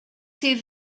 sydd